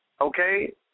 Okay